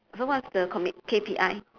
so what's the commit K_P_I